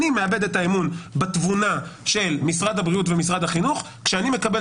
אני מאבד את האמון בתבונה של משרד הבריאות ומשרד החינוך כשאני מקבל